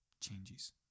changes